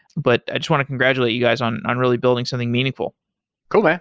but i just want to congratulate you guys on on really building something meaningful cool, man.